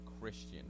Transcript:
Christian